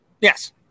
Yes